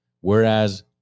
whereas